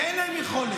שאין להן יכולת,